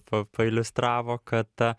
pa pailiustravo kad ta